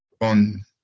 on